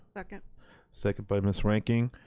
second second by miss reinking.